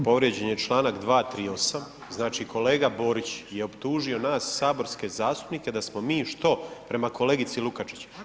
Povrijeđen je članak 238., znači kolega Borić je optužio nas saborske zastupnike da smo mi što prema kolegici Lukačić.